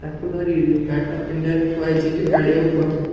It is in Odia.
ତାକୁ ଧରି କରି ଗାଡ଼ିଟା ପିଣ୍ଡାରେ ଥୁଆ ହେଇଛି ବୋଲି କଡ଼ିବାକୁ କୁହାହେଲା